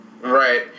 Right